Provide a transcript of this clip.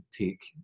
take